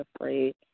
afraid